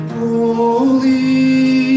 holy